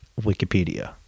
Wikipedia